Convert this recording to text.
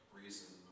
reason